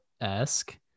esque